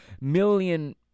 million